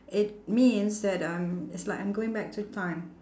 it means that I'm it's like I'm going back to time